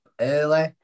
early